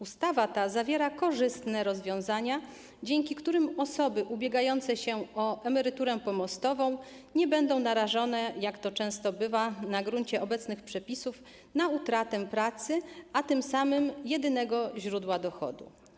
Ustawa ta zawiera korzystne rozwiązania, dzięki którym osoby ubiegające się o emeryturę pomostową nie będą narażone, jak to często bywa, na gruncie obecnych przepisów, na utratę pracy, a tym samym jedynego źródła dochodu.